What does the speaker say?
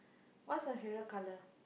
what's her favourite colour